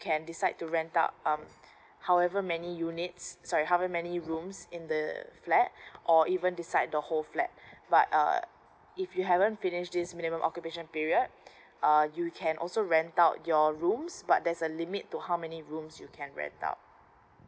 can decide to rent out um however many units sorry how ever many rooms in the flat or even decide the whole flat but err if you haven't finish this minimum occupation period uh you can also rent out your rooms but there's a limit to how many rooms you can rent out